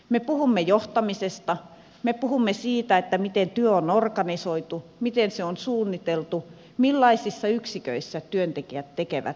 me puhumme johtamisesta me puhumme siitä miten työ on organisoitu miten se on suunniteltu millaisissa yksiköissä työntekijät tekevät työnsä